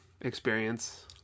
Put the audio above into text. experience